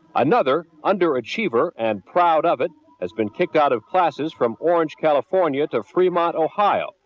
another underachiever and proud of it has been kicked out of classes from orange california to fremont ohio.